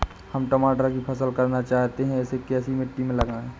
हम टमाटर की फसल करना चाहते हैं इसे कैसी मिट्टी में करें?